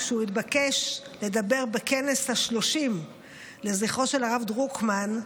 כשהוא התבקש לדבר בכנס ה-30 לזכרו של הרב דרוקמן,